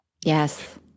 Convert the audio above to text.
Yes